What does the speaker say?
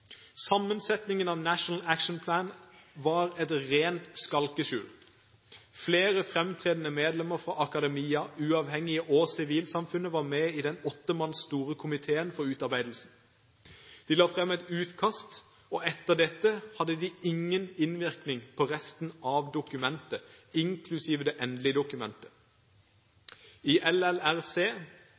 Sammensetningen av National Action Plan var et rent skalkeskjul. Flere framtredende medlemmer fra akademia, uavhengige og sivilsamfunnet var med i den åtte manns store komiteen for utarbeidelsen. De la fram et utkast, og etter dette hadde de ingen innvirkning på resten av dokumentet, inklusive det endelige dokumentet. I LLRC